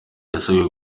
yasabwe